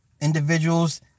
individuals